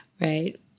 right